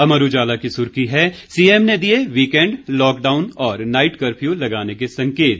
अमर उजाला की सुर्खी है सीएम ने दिए वीकेंड लॉकडाउन और नाईट कफ़र्यू लगाने के संकेत